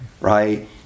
right